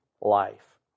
life